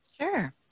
Sure